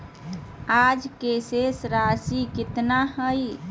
आज के शेष राशि केतना हइ?